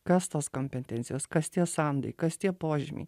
kas tos kompetencijos kas tie sandai kas tie požymiai